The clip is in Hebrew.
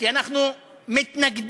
כי אנחנו מתנגדים